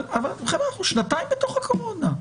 אבל חבר'ה, אנחנו שנתיים בתוך הקורונה.